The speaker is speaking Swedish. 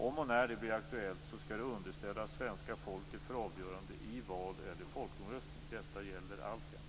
Om och när det blir aktuellt skall det underställas svenska folket för avgörande i val eller folkomröstning. Detta gäller alltjämt.